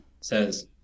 says